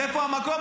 אז איפה המקום?